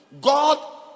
God